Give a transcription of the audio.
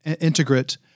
Integrate